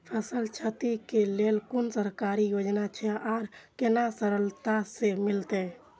फसल छति के लेल कुन सरकारी योजना छै आर केना सरलता से मिलते?